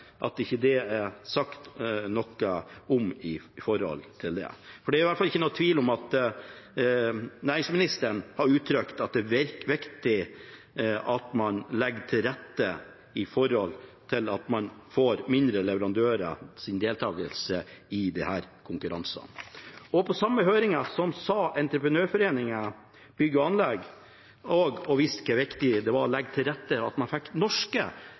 Det er i hvert fall ikke noen tvil om at næringsministeren har gitt uttrykk for at det er viktig at man legger til rette for at mindre leverandører deltar i disse konkurransene. På den samme høringen sa og viste Entreprenørforeningen Bygg og Anlegg også hvor viktig det var å legge til rette for at man fikk norske